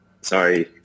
sorry